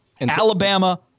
Alabama